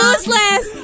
Useless